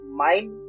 mind